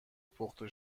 پخته